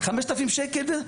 5,000 שקל?